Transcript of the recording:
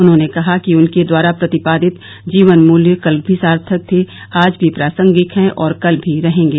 उन्होंने कहा कि उनके द्वारा प्रतिपादित जीवन मूल्य कल भी सार्थक थे आज भी प्रासंगिक हैं और कल भी रहेंगे